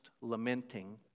lamenting